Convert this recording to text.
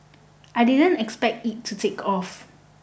I didn't expect it to take off